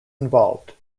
involved